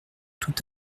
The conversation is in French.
tout